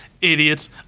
idiots